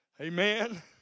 Amen